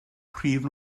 prif